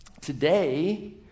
Today